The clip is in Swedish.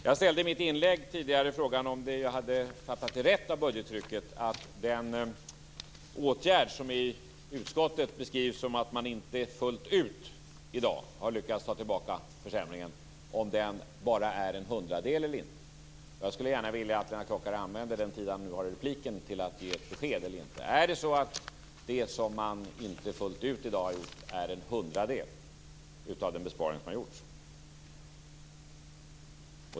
Jag ställde i mitt inlägg tidigare frågan om jag hade fattat det rätt av budgettrycket att den åtgärd som i utskottet beskrivs som att man inte fullt ut i dag har lyckats ta tillbaka försämringen bara är en hundradel. Jag skulle gärna vilja att Lennart Klockare använde den tid han har i repliken till att ge besked: Är det så att det som man i dag kallar inte fullt ut är en hundradel av den besparing som har gjorts?